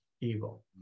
Evil